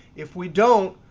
if we don't,